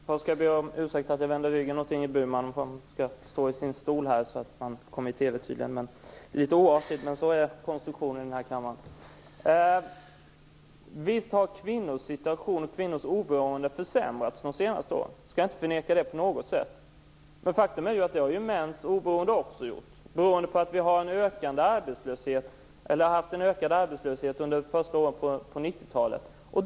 Herr talman! Jag ber om ursäkt för att jag vänder ryggen åt Ingrid Burman. Det är litet oartigt men sådan är konstruktionen i den här kammaren. Visst har kvinnors oberoende och kvinnosituationen försämrats de senaste åren. Jag skall inte förneka det på något sätt. Men faktum är att det har mäns oberoende också gjort beroende på att vi haft en ökande arbetslöshet under de första åren på 90-talet.